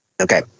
okay